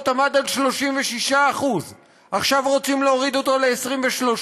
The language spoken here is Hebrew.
עמד על 36%; עכשיו רוצים להוריד אותו ל-23%